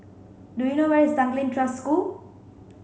do you know where is Tanglin Trust School